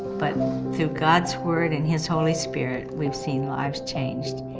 but through god's word and his holy spirit we've seen lives changed.